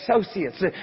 associates